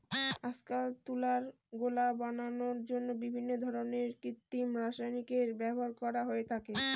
আজকাল তুলার গোলা বানানোর জন্য বিভিন্ন ধরনের কৃত্রিম রাসায়নিকের ব্যবহার করা হয়ে থাকে